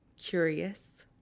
curious